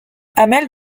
hamel